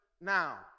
now